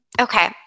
Okay